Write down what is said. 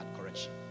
correction